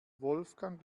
wolfgang